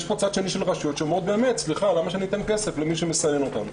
יש פה צד שני של רשויות שאומרת למה שאני אתן כסף למי שמסנן אותנו?